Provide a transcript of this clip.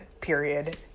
period